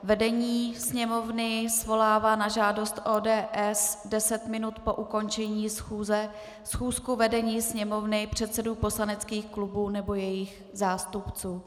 Vedení Sněmovny svolává na žádost ODS deset minut po ukončení schůze schůzku vedení Sněmovny, předsedů poslaneckých klubů nebo jejich zástupců.